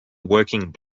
working